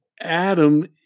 Adam